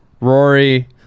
Rory